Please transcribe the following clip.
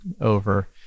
over